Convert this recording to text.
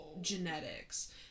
genetics